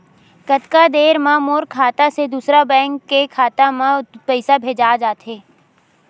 कतका देर मा मोर खाता से दूसरा बैंक के खाता मा पईसा भेजा जाथे?